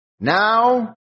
Now